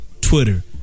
Twitter